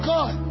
God